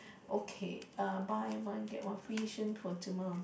okay err buy one get one free since from tomorrow